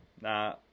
nah